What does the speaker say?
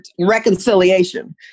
reconciliation